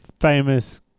famous